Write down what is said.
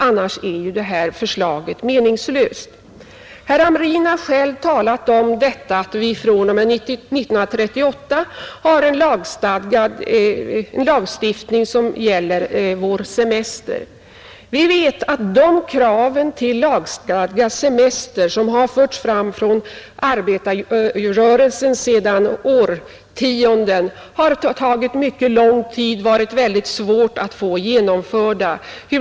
Annars är ju det här förslaget meningslöst. Herr Hamrin har själv påmint om att vi sedan 1938 har en lagstiftning om semester. Vi vet att de krav på lagstadgad semester som sedan årtionden hade förts fram av arbetarrörelsen tog mycket lång tid att få genomförda.